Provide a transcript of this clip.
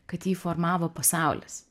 kad jį formavo pasaulis